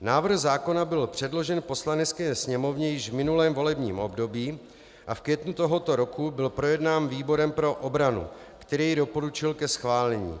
Návrh zákona byl předložen Poslanecké sněmovně již v minulém volebním období a v květnu tohoto roku byl projednán výborem pro obranu, který ho doporučil ke schválení.